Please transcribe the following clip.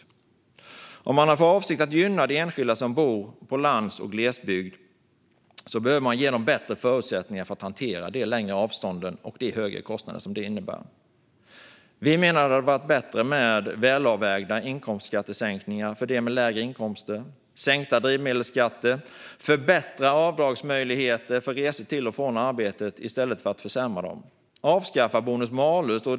Men om man har för avsikt att gynna de enskilda som bor på lands och glesbygd behöver man ge dem bättre förutsättningar för att hantera de längre avstånden och de högre kostnaderna det innebär. Vi menar att det hade varit bättre med välavvägda inkomstskattesänkningar för dem med lägre inkomster. Det hade varit bättre med sänkta drivmedelsskatter och förbättrade, i stället för försämrade, avdragsmöjligheter för resor till och från arbetet. Det hade varit bättre att avskaffa bonus-malus.